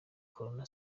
corona